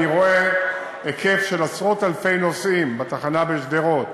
אני רואה היקף של עשרות-אלפי נוסעים בתחנה בשדרות,